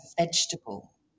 vegetable